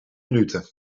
minuten